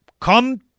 come